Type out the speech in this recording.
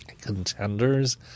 contenders